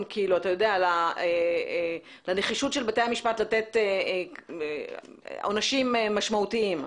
לנחישות בתי המשפט לתת עונשים משמעותיים?